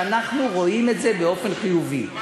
ואנחנו רואים את זה באופן חיובי.